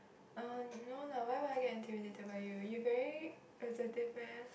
uh no lah why will I get intimidated by you you very assertive meh